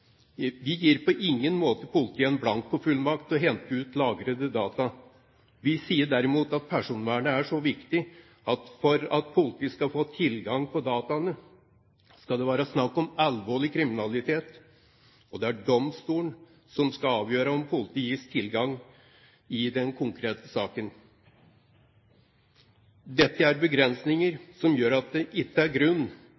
Vi gir på ingen måte politiet en blankofullmakt til å hente ut lagrede data. Vi sier derimot at personvernet er så viktig at for at politiet skal få tilgang til dataene, skal det være snakk om alvorlig kriminalitet, og det er domstolen som skal avgjøre om politiet gis tilgang i den konkrete saken. Dette er